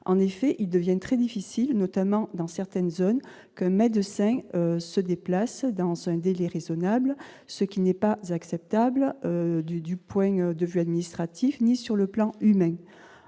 en effet, il devient très difficile, notamment dans certaines zones que mais de 5 se déplace dans un délai raisonnable, ce qui n'est pas acceptable du point de vue administratif ni sur le plan humain